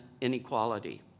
inequality